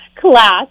class